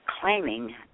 claiming